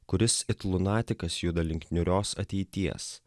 kuris it lunatikas juda link niūrios ateities